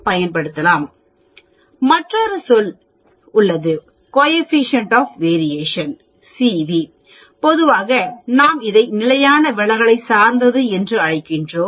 பயன்படுத்தலாம் மற்றொரு சொல் கோஎஃபீஷியேன்ட் ஆஃ வேரியேஷன் உள்ளது பொதுவாக நாம் இதை நிலையான விலகலை சார்ந்தது என்று அழைக்கிறோம்